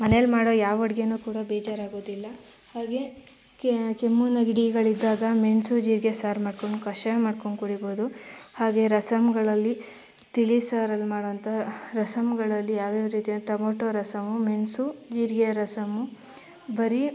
ಮನೆಯಲ್ಲಿ ಮಾಡೋ ಯಾವ ಅಡುಗೆನು ಕೂಡ ಬೇಜಾರಾಗೋದಿಲ್ಲ ಹಾಗೆ ಕೆಮ್ಮು ನೆಗಡಿಗಳಿದ್ದಾಗ ಮೆಣಸು ಜೀರಿಗೆ ಸಾರು ಮಾಡ್ಕೊಂಡು ಕಷಾಯ ಮಾಡ್ಕೊಂಡು ಕುಡಿಬೋದು ಹಾಗೆ ರಸಮ್ಗಳಲ್ಲಿ ತಿಳಿ ಸಾರಲ್ಲಿ ಮಾಡುವಂಥ ರಸಮ್ಗಳಲ್ಲಿ ಯಾವ್ಯಾವ ರೀತಿಯ ಟೊಮಟೊ ರಸಮ್ಮು ಮೆಣಸು ಜೀರಿಗೆ ರಸಮ್ಮು ಬರೀ